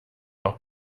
auch